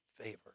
favor